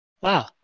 Wow